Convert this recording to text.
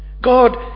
God